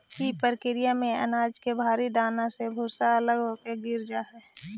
इ प्रक्रिया में अनाज के भारी दाना से भूसा अलग होके दूर गिर जा हई